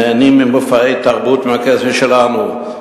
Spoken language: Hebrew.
נהנים ממופעי תרבות מהכסף שלנו,